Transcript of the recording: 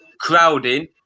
crowding